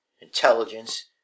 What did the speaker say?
Intelligence